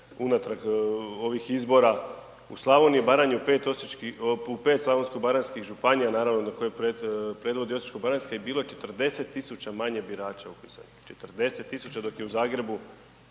unatrag ovih izbora, u Slavoniji i Baranji, u 5 slavonsko-baranjskih županija, naravno koje predvodi Osječko-baranjska je bilo 40 000 manje birača upisanih. 40 000 dok je u Zagrebu